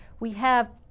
we have